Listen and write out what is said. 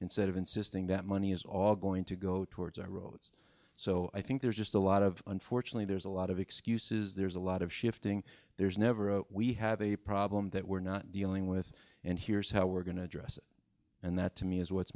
instead of insisting that money is all going to go towards our roads so i think there's just a lot of unfortunately there's a lot of excuses there's a lot of shifting there's never a we have a problem that we're not dealing with and here's how we're going to address it and that to me is what's